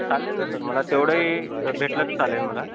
चालेल ना सर मला तेवढंही भेटलं तरी चालेल मला